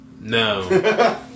no